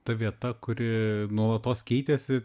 ta vieta kuri nuolatos keitėsi